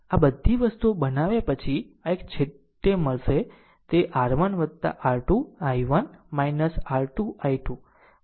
આમ આ બધી વસ્તુ બનાવ્યા પછી આ એક છેવટે મળશે તે R 1 R 2 I1 R 2 I2 v 1 આવે છે